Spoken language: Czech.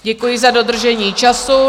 Děkuji za dodržení času.